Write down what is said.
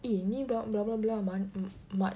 eh ni blah blah blah blah mat